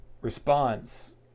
response